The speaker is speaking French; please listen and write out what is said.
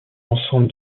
ensemble